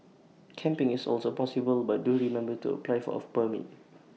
camping is also possible but do remember to apply of A permit